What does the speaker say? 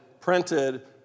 printed